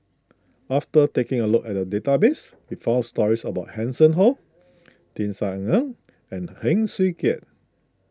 after taking a look at the database we found stories about Hanson Ho Tisa Ng and Heng Swee Keat